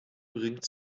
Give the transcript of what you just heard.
bringt